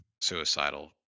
suicidal